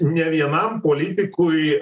ne vienam politikui